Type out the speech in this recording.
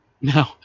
No